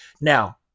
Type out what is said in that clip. Now